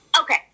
Okay